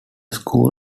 school